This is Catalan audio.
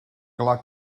clar